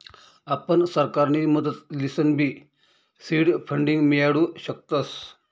आपण सरकारनी मदत लिसनबी सीड फंडींग मियाडू शकतस